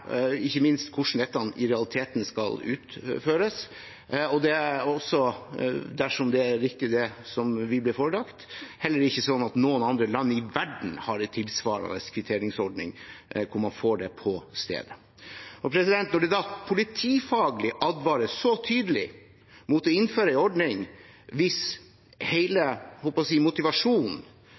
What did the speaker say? hvordan dette i realiteten skal utføres. Det er heller ikke slik – dersom det vi er blitt forelagt, er riktig – at noen andre land i verden har en tilsvarende kvitteringsordning, hvor man får det på stedet. Når det da politifaglig advares så tydelig mot å innføre en ordning, og hvis hele – jeg holdt på å si